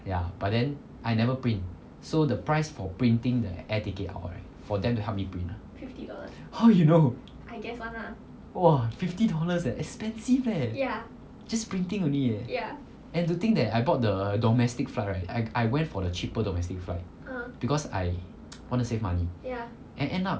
ya but then I never print so the price for printing the air ticket out right for them to help me print ah how you know !wah! fifty dollars leh expensive eh just printing only leh and to think that I bought the domestic flight right I went for the cheaper domestic flight because I want to save money I end up